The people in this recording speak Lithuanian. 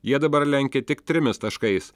jie dabar lenkia tik trimis taškais